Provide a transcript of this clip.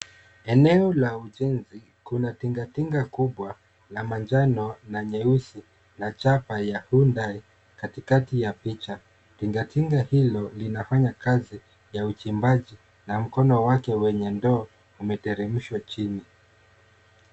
Eneo la ujenzi, kuna tinga tinga kubwa la manjano na nyeusi la chapa ya Hyundai katikati ya picha. Tinga tinga hili linafanya kazi ya uchimbaji na mkono wake wenye ndoo umeteremshwa chini.